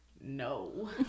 no